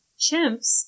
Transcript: chimps